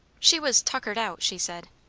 she was tuckered out, she said.